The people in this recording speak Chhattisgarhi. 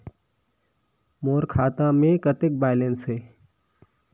मोर खाता मे कतेक बैलेंस हे?